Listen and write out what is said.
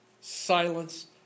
silence